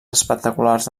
espectaculars